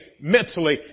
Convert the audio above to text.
mentally